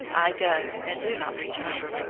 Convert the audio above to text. i go and do not return.